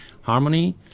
harmony